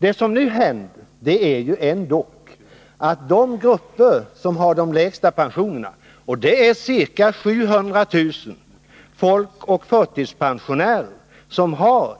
Vad som nu har hänt är att man föreslagit höjningar för de grupper som har de lägsta pensionerna, nämligen ca 700 000 ålderseller förtidspensionärer Nr 29 som